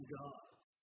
gods